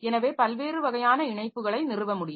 எனவே பல்வேறு வகையான இணைப்புகளை நிறுவ முடியும்